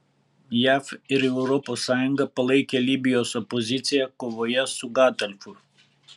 jav ir europos sąjunga palaikė libijos opoziciją kovoje su gadafiu